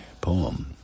poem